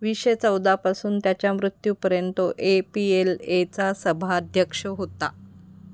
वीसशे चौदापासून त्याच्या मृत्यूपर्यंत तो ए पी एल एचा सभाध्यक्ष होता